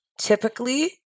typically